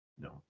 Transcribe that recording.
no